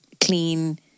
clean